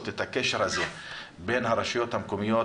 את הקשר הזה בין הרשויות המקומיות,